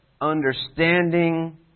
understanding